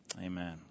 amen